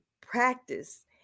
practice